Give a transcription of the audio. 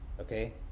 okay